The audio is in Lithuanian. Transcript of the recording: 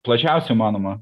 plačiausia įmanoma